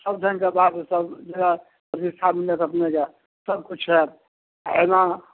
सभ ढङ्गके बात सभ जगह प्रतिष्ठा मिलत अपनेके सभकिछु होयत आ एना